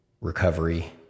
recovery